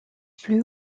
plus